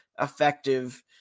effective